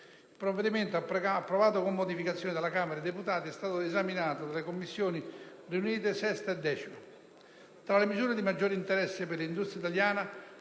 Il provvedimento, approvato con modificazioni dalla Camera dei deputati, è stato esaminato delle Commissioni riunite 6a e 10a. Tra le misure di maggiore interesse per l'industria italiana